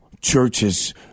churches